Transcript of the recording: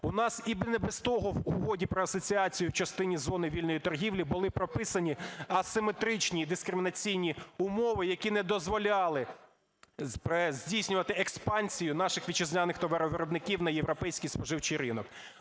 У нас і не без того в Угоді про асоціацію в частини зони вільної торгівлі були прописані асиметричні дискримінаційні умови, які не дозволяли здійснювати експансію наших вітчизняних товаровиробників на європейський споживчий ринок.